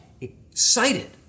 excited